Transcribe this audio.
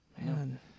Man